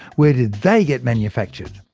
where did they get manufactured?